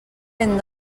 ben